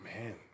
Man